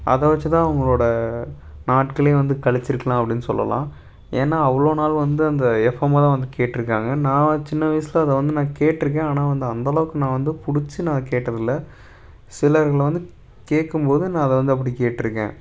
அதை வச்சு தான் அவங்களோட நாட்களே வந்து கழிச்சி இருக்கலாம் அப்டின்னு சொல்லலாம் ஏனால் அவ்வளோ நாள் வந்து அந்த எஃப்எம்மை தான் வந்து கேட்டிருக்காங்க நான் சின்ன வயதுல அதை வந்து நான் கேட்டிருக்கேன் ஆனால் வந்து அந்தளவுக்கு நான் வந்து புடிச்சு நான் கேட்டதில்லை சிலவைகள வந்து கேட்கும் போது நான் அதை வந்து அப்படி கேட்டிருக்கேன்